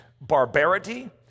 barbarity